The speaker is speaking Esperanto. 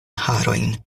harojn